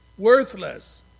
Worthless